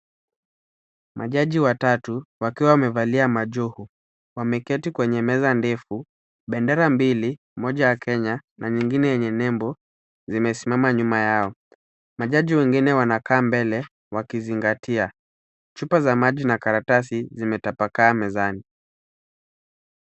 Majaji watatu wakiwa wamevalia majoho wameketi kwenye meza ndefu, bendera mbili moja ya kenya na nyingine yenye nembo zimesimama nyuma yao. Majaji wengine wanakaa mbele wakizingatia. Chupa za maji na karatasi zimetapakaa mezani.